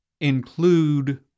include